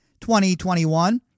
2021